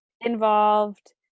involved